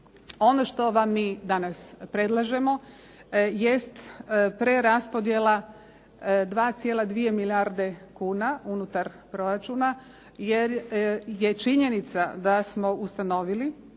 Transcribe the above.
Ono što vam mi danas predlažemo jest preraspodjela 2,2 milijardi kuna unutar proračuna jer je činjenica da smo ustanovili,